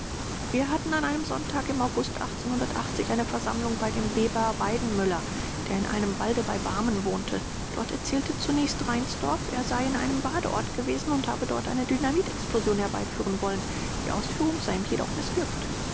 wir hatten an einem sonntage im august eine versammlung bei dem weber weidenmüller der in einem walde bei barmen wohnte dort erzählte zunächst reinsdorf er sei in einem badeorte gewesen und habe dort eine dynamitexplosion herbeiführen wollen die ausführung sei ihm jedoch mißglückt